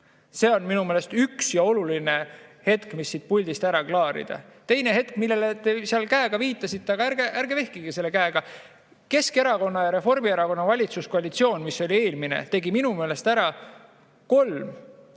See on minu meelest üks ja oluline hetk, mis siit puldist ära klaarida. Teine hetk, millele te seal käega viitasite – aga ärge vehkige selle käega! Keskerakonna ja Reformierakonna valitsuskoalitsioon, mis oli eelmine, tegi minu meelest ära kolm